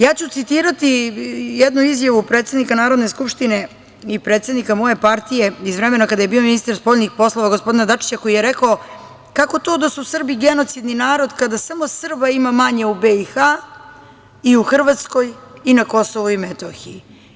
Ja ću citirati jednu izjavu predsednika Narodne skupštine i predsednika moje partije iz vremena kada je bio ministar spoljnih poslova, gospodina Dačića, koji je rekao - kako to da su Srbi genocidni narod kada samo Srba ima manje u BiH, i u Hrvatskoj i na Kosovu i Metohiji.